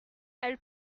elle